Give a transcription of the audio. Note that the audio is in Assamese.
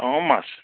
অঁ মাছ্